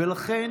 ולכן